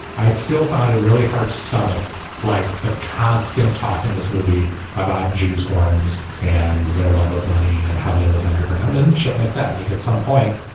i still found it really hard to stomach like the constant talk in this movie about jews horns and their love of money and how they live underground and shit like that like at some point.